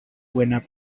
buena